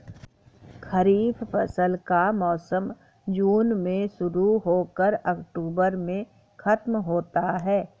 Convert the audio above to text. खरीफ फसल का मौसम जून में शुरू हो कर अक्टूबर में ख़त्म होता है